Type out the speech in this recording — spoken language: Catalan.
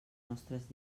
nostres